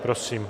Prosím.